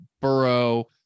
burrow